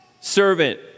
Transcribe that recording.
Servant